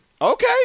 Okay